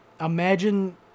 imagine